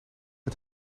met